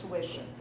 tuition